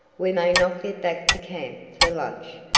we may not get back to camp for lunch,